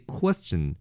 question